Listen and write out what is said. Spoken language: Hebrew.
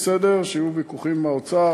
זה בסדר שיהיו ויכוחים עם האוצר,